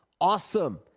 awesome